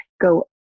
go